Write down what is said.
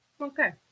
Okay